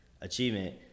achievement